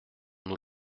nous